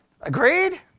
Agreed